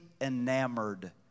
enamored